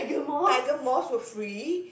tiger moth for free